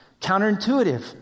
Counterintuitive